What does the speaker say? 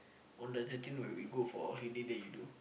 on the thirteen when we go for cleaning then you do